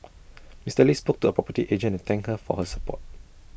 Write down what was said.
Mister lee spoke to A property agent and thank her for her support